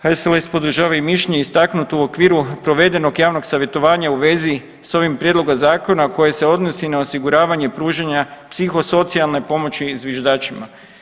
HSLS podržava i mišljenje istaknuto u okviru provedenog javnog savjetovanja u vezi s ovim prijedlogom zakona koje se odnosi na osiguravanje pružanja psihosocijalne pomoći zviždačima.